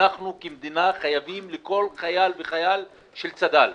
אנחנו כמדינה חייבים לכל חייל וחייל של צד"ל.